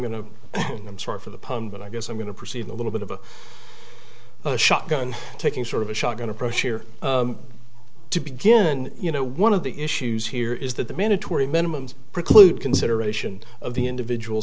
going to i'm sorry for the pun but i guess i'm going to perceive a little bit of a shotgun taking sort of a shotgun approach here to begin you know one of the issues here is that the mandatory minimums preclude consideration of the individual